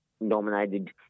nominated